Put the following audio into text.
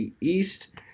East